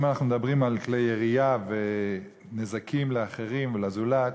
אם אנחנו מדברים על כלי ירייה ונזקים לאחרים ולזולת,